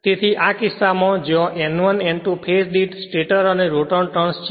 તેથી આ કિસ્સામાં જ્યાં N1 N2 ફેજ દીઠ સ્ટેટર અને રોટર ટર્ન્સ છે